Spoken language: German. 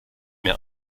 mehr